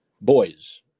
boys